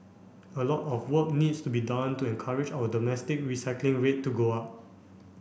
a lot of work needs to be done to encourage our domestic recycling rate to go up